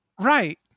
Right